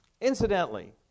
Incidentally